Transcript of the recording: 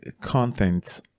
content